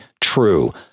true